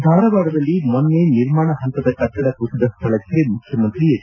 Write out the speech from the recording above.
ಧಾರವಾಡದಲ್ಲಿ ಮೊನ್ನೆ ನಿರ್ಮಾಣ ಪಂತದ ಕಟ್ಟಡ ಕುಸಿದ ಸ್ವಳಕ್ಕೆ ಮುಖ್ಯಮಂತ್ರಿ ಎಚ್